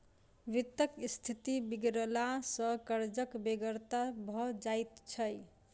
वित्तक स्थिति बिगड़ला सॅ कर्जक बेगरता भ जाइत छै